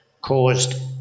caused